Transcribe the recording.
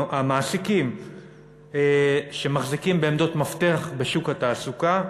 המעסיקים שמחזיקים עמדות מפתח בשוק התעסוקה,